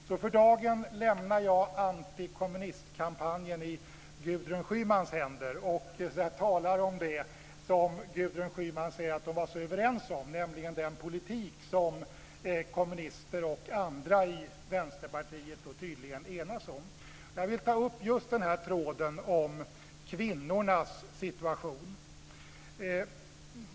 Så för dagen lämnar jag antikommunistkampanjen i Gudrun Schymans händer, och sedan vill jag tala om det som hon säger att man var så överens om, nämligen den politik som kommunister och andra i Vänsterpartiet tydligen har enats om. Jag vill ta upp tråden om kvinnornas situation.